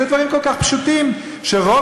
אל תצביע